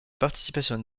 participation